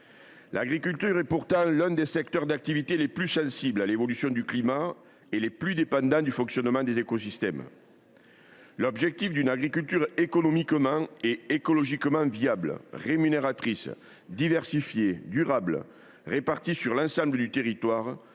L’agriculture est pourtant l’un des secteurs d’activité les plus sensibles à l’évolution du climat et les plus dépendants du fonctionnement des écosystèmes. L’objectif d’une agriculture économiquement et écologiquement viable, rémunératrice, diversifiée, durable et répartie sur l’ensemble du territoire